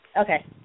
Okay